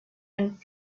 and